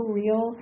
real